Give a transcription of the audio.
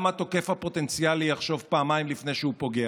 גם התוקף הפוטנציאלי יחשוב פעמיים לפני שהוא פוגע.